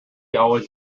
always